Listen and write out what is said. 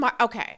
okay